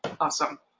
Awesome